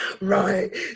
Right